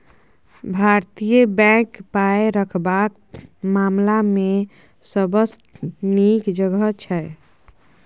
भारतीय बैंक पाय रखबाक मामला मे सबसँ नीक जगह छै